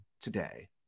today